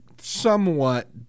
somewhat